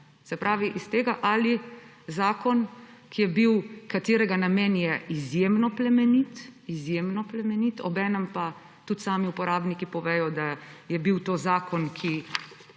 se pravi iz tega, da zakon, katerega namen je izjemno plemenit, izjemno plemenit; obenem pa tudi sami uporabniki povedo, da je bil to zakon, ki